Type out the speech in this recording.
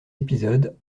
épisodes